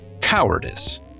Cowardice